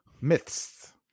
Myths